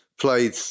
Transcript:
played